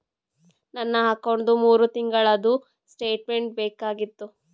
ನನ್ನ ಅಕೌಂಟ್ದು ಮೂರು ತಿಂಗಳದು ಸ್ಟೇಟ್ಮೆಂಟ್ ಬೇಕಾಗಿತ್ತು?